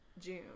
June